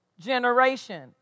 generation